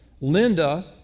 Linda